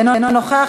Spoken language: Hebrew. אינו נוכח,